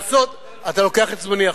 אתה לוקח את זמני עכשיו,